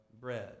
bread